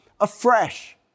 afresh